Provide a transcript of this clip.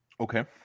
Okay